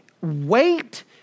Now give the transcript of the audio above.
wait